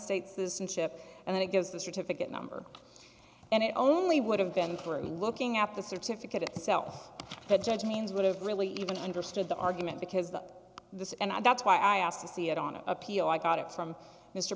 states this and ship and then it gives the certificate number and it only would have been through looking at the certificate itself but judge means would have really even understood the argument because the this and that's why i asked to see it on appeal i got it from m